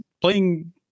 playing